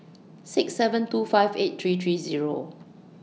six seven two five eight three three Zero